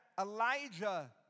Elijah